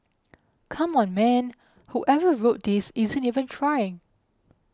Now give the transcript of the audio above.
come on man whoever wrote this isn't even trying